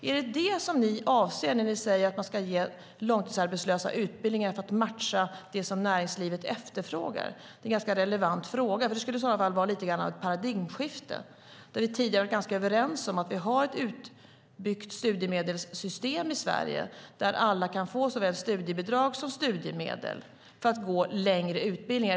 Är det vad ni socialdemokrater avser när ni säger att man ska ge långtidsarbetslösa utbildningar för att matcha det som näringslivet efterfrågar? Det är en relevant fråga, för det skulle i så fall lite grann innebära ett paradigmskifte. Vi har tidigare varit ganska överens om att vi i Sverige har ett utbyggt studiemedelssystem där alla kan få såväl studiebidrag som studiemedel för att kunna gå längre utbildningar.